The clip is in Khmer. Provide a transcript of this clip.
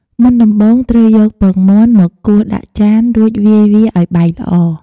មុនដំបូងត្រូវយកពងមាន់មកគោះដាក់ចាន រួចវាយវាឱ្យបែកល្អ។